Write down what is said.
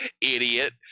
Idiot